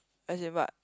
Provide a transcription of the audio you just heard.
as in what